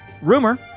Rumor